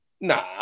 nah